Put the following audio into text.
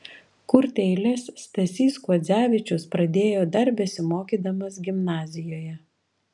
kurti eiles stasys kuodzevičius pradėjo dar besimokydamas gimnazijoje